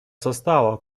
состава